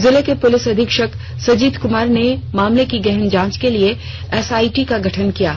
जिले के पुलिस अधीक्षक संजीत कमार ने मामले की गहन जांच के लिए एसआइटी का गठन किया है